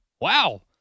wow